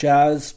Jazz